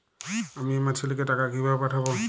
আমি আমার ছেলেকে টাকা কিভাবে পাঠাব?